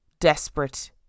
desperate